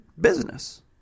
business